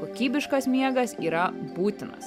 kokybiškas miegas yra būtinas